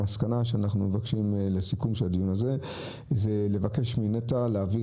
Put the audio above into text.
המסקנה שאנחנו מבקשים לסיכום של הדיון הזה זה לבקש מנת"ע להעביר